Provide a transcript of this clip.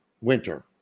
winter